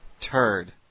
turd